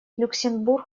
люксембург